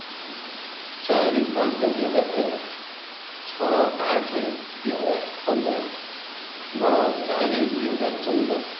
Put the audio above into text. ଚାରି ପାଞ୍ଚ ଦୁଇ ହଜାର ତେର ଛଅ ଆଠ ଦୁଇ ହଜାର ପନ୍ଦର ନଅ ଚାରି ଦୁଇ ହଜାର ଚଉଦ